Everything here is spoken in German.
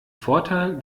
vorteil